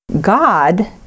God